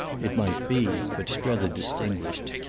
it might be but strether distinguished.